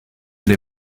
les